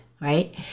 right